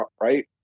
Right